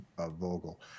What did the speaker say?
Vogel